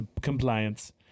compliance